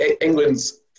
England's